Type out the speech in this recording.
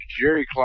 Jerry